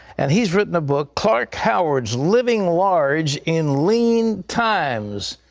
and he's written a book, clark howard's living large in lean times.